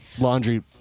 laundry